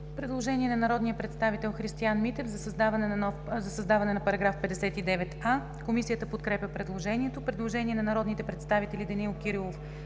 Предложение на народния представител Христиан Митев за създаване на § 59а. Комисията подкрепя предложението. Предложение на народните представители Данаил Кирилов,